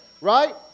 right